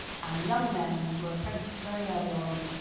and young men were apprenticed very early on,